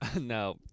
No